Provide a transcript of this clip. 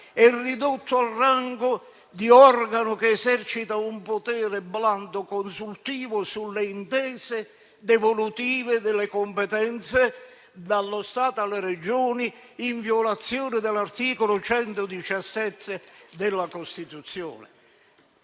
ridotto al rango di organo che esercita un blando potere consultivo sulle intese devolutive delle competenze dallo Stato alle Regioni, in violazione dell'articolo 117 della Costituzione.